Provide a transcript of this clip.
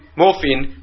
morphine